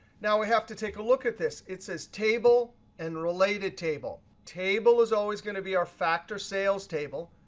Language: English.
now, we have to take a look at this. it says table and related table. table is always going to be our factor sales table.